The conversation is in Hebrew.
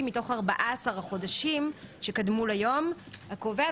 מתוך 14 החודשים שקדמו ליום הקובע,